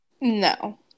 No